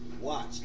watch